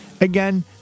Again